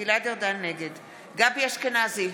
גבי אשכנזי,